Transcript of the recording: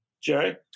Jerry